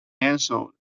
canceled